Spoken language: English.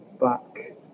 back